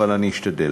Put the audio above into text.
אבל אני אשתדל.